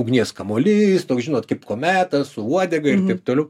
ugnies kamuolys toks žinot kaip kometa su uodega ir taip toliau